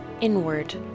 inward